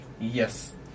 Yes